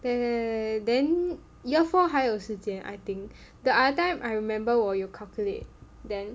then then year four 还有时间 I think the other time I remember 我有 calculate then